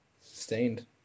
Sustained